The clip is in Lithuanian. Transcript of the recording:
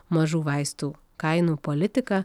mažų vaistų kainų politika